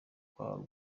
kwa